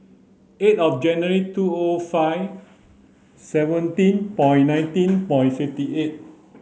eight of January two O five seventeen by nineteen by fifty eight